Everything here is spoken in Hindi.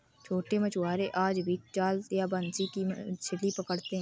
छोटे मछुआरे आज भी जाल या बंसी से मछली पकड़ते हैं